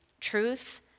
truth